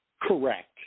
Correct